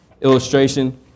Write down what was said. illustration